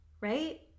right